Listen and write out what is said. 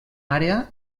àrea